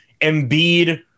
Embiid